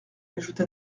ajouta